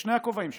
בשני הכובעים שלי,